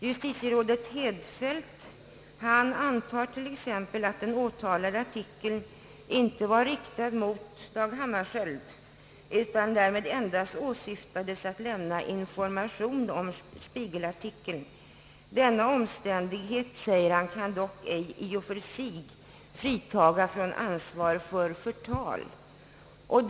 Justitierådet Hedfeldt antar t.ex. att den åtalade artikeln inte var riktad mot Dag Hammarskjöld, utan att den endast syftade till att lämna information om Spiegel-artikeln, »Den omständigheten kan dock ej i och för sig fritaga från ansvar för förtal», säger han.